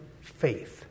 faith